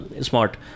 smart